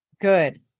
Good